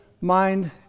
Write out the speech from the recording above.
mind